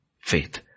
faith